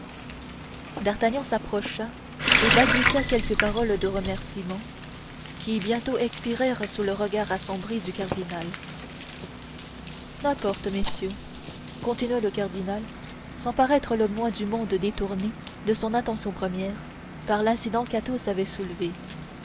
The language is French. d'artagnan s'approcha et balbutia quelques paroles de remerciements qui bientôt expirèrent sous le regard assombri du cardinal n'importe messieurs continua le cardinal sans paraître le moins du monde détourné de son intention première par l'incident qu'athos avait soulevé